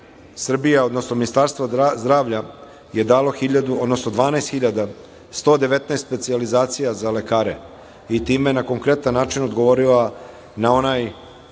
Srbija, odnosno Ministarstvo zdravlja je dalo 12.119 specijalizacija za lekare i time na konkretan način odgovorila na onaj